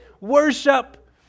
Worship